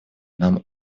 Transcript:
нам